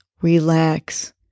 Relax